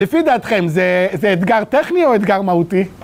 לפי דעתכם, זה אתגר טכני או אתגר מהותי?